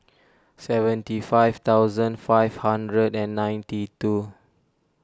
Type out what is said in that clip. seventy five thousand five hundred and ninety two